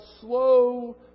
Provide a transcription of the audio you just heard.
slow